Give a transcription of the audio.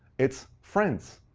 it's friends.